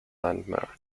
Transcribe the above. landmark